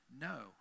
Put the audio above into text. no